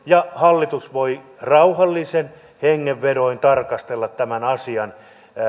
ja hallitus voi rauhallisin hengenvedoin tarkastella tämän asian